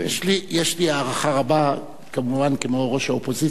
יש לי הערכה רבה, כמובן כמו ראש האופוזיציה,